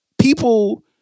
people